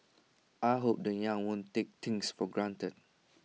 I hope the young won't take things for granted